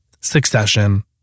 Succession